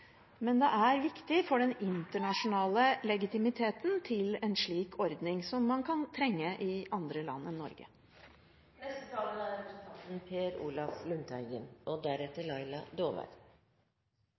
men det er viktig for den internasjonale legitimiteten til en slik ordning, som man kan trenge i andre land enn Norge. Ratifikasjonen av FN-konvensjonen om rettigheter til mennesker med nedsatt funksjonsevne er en viktig sak, og